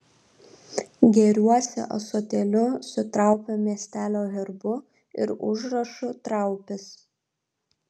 gėriuosi ąsotėliu su traupio miestelio herbu ir užrašu traupis